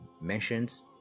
Mentions